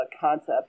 concept